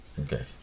Okay